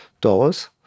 dollars